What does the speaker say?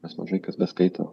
nes mažai kas beskaito